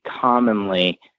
commonly